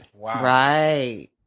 right